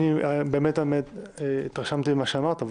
אני באמת התרשמתי ממה שאמרת.